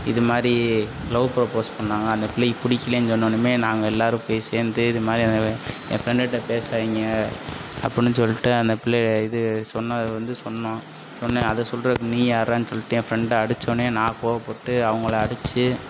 இதுமாதிரி love propose பண்ணாங்க அந்த பிள்ளைக்கு பிடிக்கலைன்னு சொன்னோன்னமே நாங்கள் எல்லாரும் பேசி வந்து இதுமாதிரி என் ஃப்ரெண்டுகிட்ட பேசாதீங்க அப்படின்னு சொல்லிட்டு அந்த பிள்ளை இது சொன்னதை வந்து சொன்னோம் சொன்ன அதை சொல்கிறதுக்கு நீ யார்டான்னு சொல்லிட்டு என் ஃப்ரெண்டை அடிச்சவொடனயே நான் கோபப்பட்டு அவங்கள அடித்து